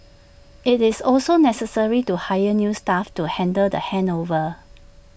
IT is also necessary to hire new staff to handle the handover